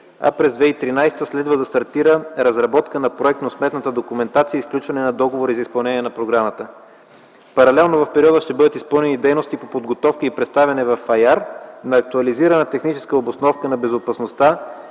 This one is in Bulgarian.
а през 2013 г. следва да стартира разработка на проектносметната документация и сключване на договори за изпълнение на програмата. Паралелно в периода ще бъдат изпълнени дейности по подготовка и представяне в АЯР на актуализирана техническа обосновка на безопасността